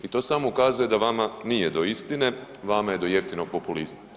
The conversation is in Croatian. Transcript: I to samo ukazuje da vama nije do istine, vama je do jeftinog populizma.